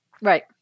Right